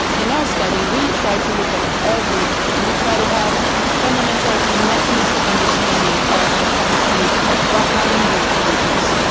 in our study we tried to look at everything, and we tried to have a fundamental mechanistic understanding of the chemistry behind these pollutants.